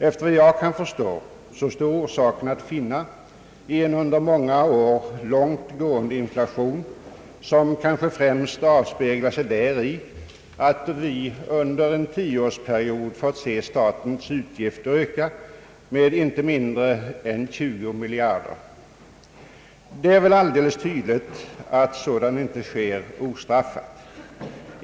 Efter vad jag kan förstå står orsaken att finna i en under många år långt gående inflation som kanske främst avspeglar sig däri, att vi under en tioårsperiod fått se statens utgifter öka med inte mindre än 20 miljarder. Det är väl alldeles tydligt att sådant inte sker ostraffat.